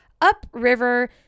upriver